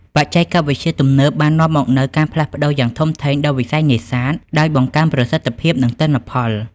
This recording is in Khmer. បច្ចេកវិទ្យាទំនើបបាននាំមកនូវការផ្លាស់ប្តូរយ៉ាងធំធេងដល់វិស័យនេសាទ ដោយបង្កើនប្រសិទ្ធភាព និងទិន្នផល។